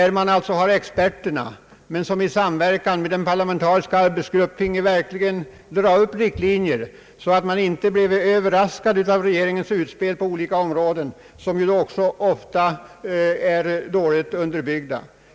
Rådet har ju experter. I samarbete med den parlamentariska arbetsgruppen kunde man då dra upp riktlinjer för näringspolitiken, så att vi inte blir överraskade av regeringens utspel på olika områden, utspel som dessutom ofta är dåligt underbyggda.